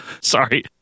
Sorry